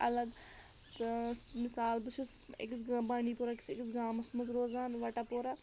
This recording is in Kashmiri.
الگ تہٕ سُہ مِثال بہٕ چھُس أکِس گٲم بانٛڈی پورہ کِس أکِس گامَس منٛز روزان وَٹَہ پورہ